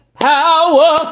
power